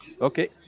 Okay